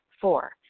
Four